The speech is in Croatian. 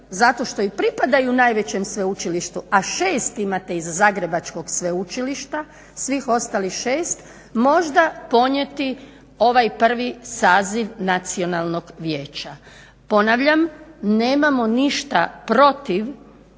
zato što i pripadaju najvećem sveučilištu, a 6 imate iz Zagrebačkog sveučilišta, svih ostalih 6 možda ponijeti ovaj prvi saziv Nacionalnog vijeća. Ponavljam, nemamo ništa protiv